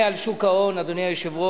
תודה לכל צוות הוועדה המדהימה